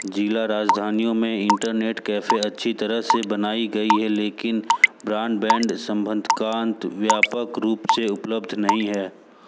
जिला राजधानियों में इंटरनेट कैफ़े अच्छी तरह से बनाई गई हैं लेकिन ब्रॉडबैंड संबद्धता व्यापक रूप से उपलब्ध नहीं है